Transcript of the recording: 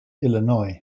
illinois